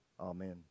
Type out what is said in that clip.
Amen